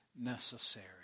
necessary